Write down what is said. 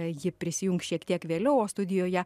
ji prisijungs šiek tiek vėliau o studijoje